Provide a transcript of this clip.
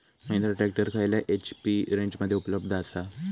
Mahindra tractor खयल्या HP रेंजमध्ये उपलब्ध आसा?